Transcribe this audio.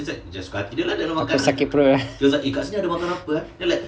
sakit perut